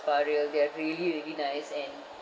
spa Rael they are really really nice and